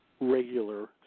regular